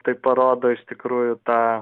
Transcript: tai parodo iš tikrųjų tą